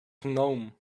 gnome